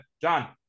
John